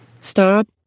Stop